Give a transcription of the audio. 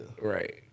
Right